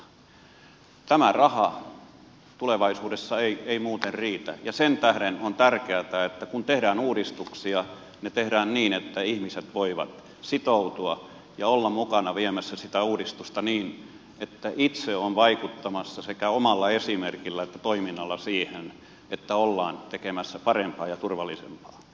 tämä raha tulevaisuudessa ei muuten riitä ja sen tähden on tärkeätä että kun tehdään uudistuksia ne tehdään niin että ihmiset voivat sitoutua ja olla mukana viemässä sitä uudistusta niin että itse on vaikuttamassa sekä omalla esimerkillä että toiminnalla siihen että ollaan tekemässä parempaa ja turvallisempaa